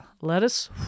lettuce